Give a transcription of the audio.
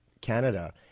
Canada